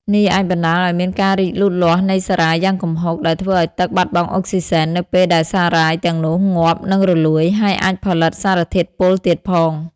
នេះអាចបណ្តាលឱ្យមានការរីកលូតលាស់នៃសារាយយ៉ាងគំហុក ដែលធ្វើឱ្យទឹកបាត់បង់អុកស៊ីហ្សែននៅពេលដែលសារាយទាំងនោះងាប់ និងរលួយ ហើយអាចផលិតសារធាតុពុលទៀតផង។